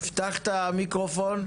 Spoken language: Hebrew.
המיקרופון.